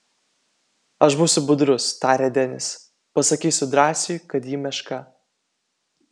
aš būsiu budrus tarė denis pasakysiu drąsiui kad ji meška